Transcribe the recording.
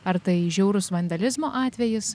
ar tai žiaurus vandalizmo atvejis